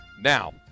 Now